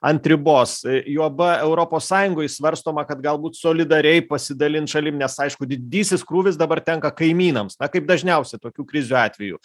ant ribos juoba europos sąjungoj svarstoma kad galbūt solidariai pasidalint šalim nes aišku didysis krūvis dabar tenka kaimynams na kaip dažniausiai tokių krizių atvejų